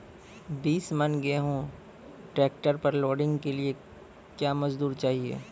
बीस मन गेहूँ ट्रैक्टर पर लोडिंग के लिए क्या मजदूर चाहिए?